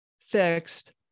fixed